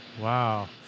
Wow